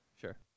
Sure